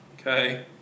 okay